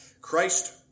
Christ